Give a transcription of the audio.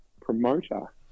promoter